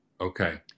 Okay